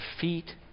feet